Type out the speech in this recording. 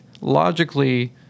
logically